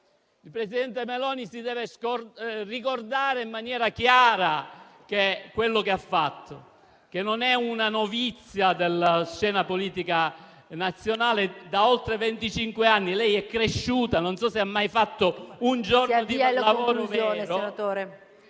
Il presidente Meloni deve ricordare in maniera chiara quello che ha fatto; non è una novizia della scena politica nazionale, è in politica da oltre venticinque anni, lei è cresciuta e non so se ha mai fatto un giorno di lavoro vero...